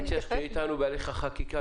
אני מציע שתהיה אתנו בהליך החקיקה,